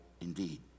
indeed